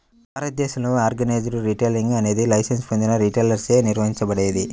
భారతదేశంలో organised retailing అనేది licence పొందిన రిటైలర్లచే నిర్వహించబడేది